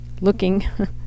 looking